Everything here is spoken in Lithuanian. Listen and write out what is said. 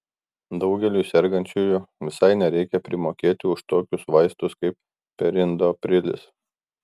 daugeliui sergančiųjų visai nereikia primokėti už tokius vaistus kaip perindoprilis